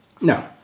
No